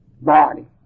Body